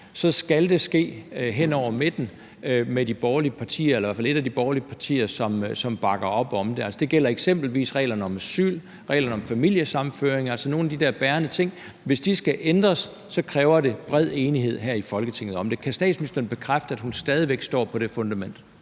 eller i hvert fald et af de borgerlige partier, bakker op om det. Det gælder eksempelvis reglerne om asyl og reglerne om familiesammenføring, altså nogle af de der bærende ting, og hvis de skal ændres, kræver det bred enighed her i Folketinget om det. Kan statsministeren bekræfte, at hun stadig væk står på det fundament?